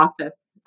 office